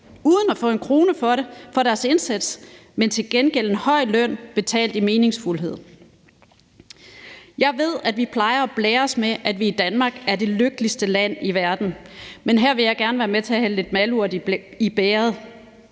uden at få en krone for deres indsats, men til gengæld med en høj løn betalt i meningsfuldhed. Jeg ved, at vi plejer at blære os med, at Danmark er det lykkeligste land i verden, men her vil jeg gerne være med til at hælde lidt malurt i bægeret.